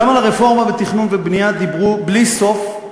גם על הרפורמה בתכנון ובנייה דיברו בלי סוף,